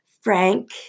frank